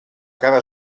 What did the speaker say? cara